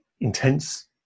intense